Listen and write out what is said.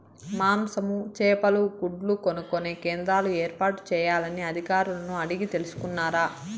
మాంసము, చేపలు, గుడ్లు కొనుక్కొనే కేంద్రాలు ఏర్పాటు చేయాలని అధికారులను అడిగి తెలుసుకున్నారా?